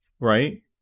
Right